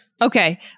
Okay